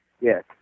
yes